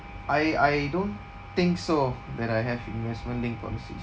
I I don't think so that I have investment linked policies